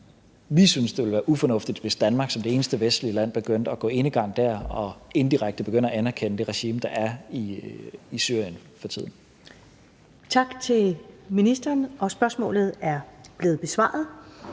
vi synes, det ville være ufornuftigt, hvis Danmark som det eneste vestlige land begyndte at gå enegang dér og indirekte begyndte at anerkende det regime, der er i Syrien for tiden. Kl. 16:01 Første næstformand (Karen